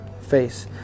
face